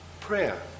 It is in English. prayer